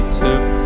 took